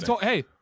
Hey